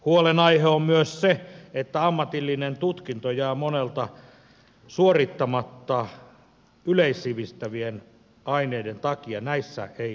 huolenaihe on myös se että ammatillinen tutkinto jää monelta suorittamatta yleissivistävien aineiden takia näissä ei menestytä